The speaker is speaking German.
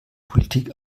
politik